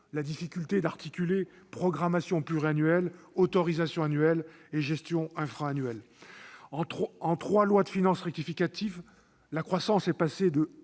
la difficulté d'articuler programmation pluriannuelle, autorisation annuelle, et gestion infra-annuelle. En trois lois de finances rectificatives, la croissance est passée de 1,3